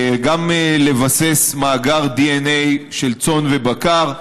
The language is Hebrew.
גם לבסס מאגר דנ"א של צאן ובקר,